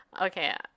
Okay